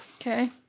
Okay